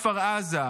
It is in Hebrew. מכפר עזה,